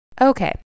Okay